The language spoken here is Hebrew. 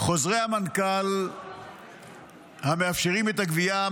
חוזרי המנכ"ל המאפשרים את הגבייה,